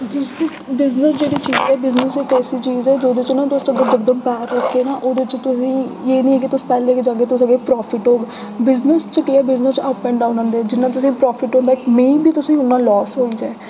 business जेह्ड़ी चीज ऐ बिजनेस इक ऐसी चीज ऐ जेह्दे च ना तुस यकदम पैसा ठोकगे ना ओह्दे च तुसें ई एह् निं ऐ कि तुस पैह्लें गै जाह्गे तुसें ई ओह्दे च प्रॉफिट होग बिजनेस च केह् ऐ बिजनेस च अप एंड डाऊन औंदे जिन्ना तुसें ई प्रॉफिट होंदा ऐ मे बी उन्ना तुसें ई लॉस होई जा